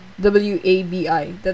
W-A-B-I